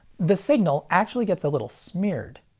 the signal actually gets a little smeared.